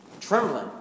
Trembling